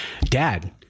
dad